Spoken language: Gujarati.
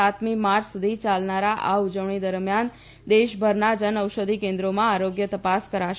સાતમી માર્ચ સુધી ચાલનાર આ ઉજવણી દરમિયાન દેશભરના જનઔષધી કેન્રોમીમાં આરોગ્ય તપાસ કરાશે